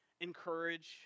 encourage